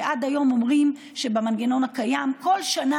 שעד היום אומרים שבמנגנון הקיים כל שנה